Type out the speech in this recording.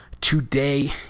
Today